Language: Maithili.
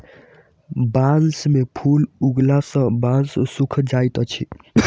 बांस में फूल उगला सॅ बांस सूखा जाइत अछि